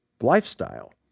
lifestyle